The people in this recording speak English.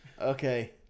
okay